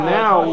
now